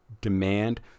demand